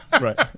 right